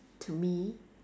to me